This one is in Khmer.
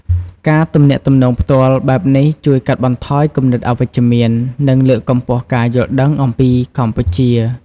ការទំនាក់ទំនងផ្ទាល់បែបនេះជួយកាត់បន្ថយគំនិតអវិជ្ជមាន និងលើកកម្ពស់ការយល់ដឹងអំពីកម្ពុជា។